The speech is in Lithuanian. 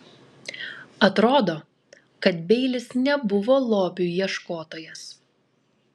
atrodo kad beilis nebuvo lobių ieškotojas